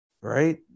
right